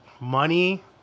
money